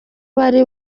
bari